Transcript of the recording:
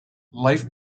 life